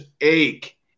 ache